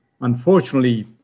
unfortunately